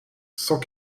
cent